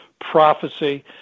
prophecy